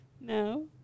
No